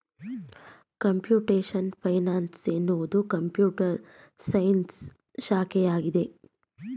computation finance ಎನ್ನುವುದು computer science ಶಾಖೆಯಾಗಿದೆ